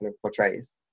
portrays